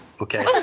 Okay